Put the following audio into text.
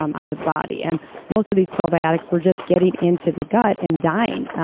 um onto the body. and most of these probiotics were just getting into the gut and dying,